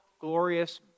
glorious